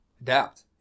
adapt